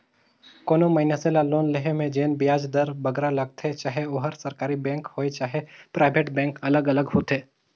कोनो मइनसे ल लोन लोहे में जेन बियाज दर बगरा लगथे चहे ओहर सरकारी बेंक होए चहे पराइबेट बेंक अलग अलग होथे